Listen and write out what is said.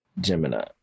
Gemini